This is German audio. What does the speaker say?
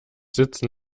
sitzen